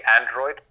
Android